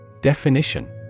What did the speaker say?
Definition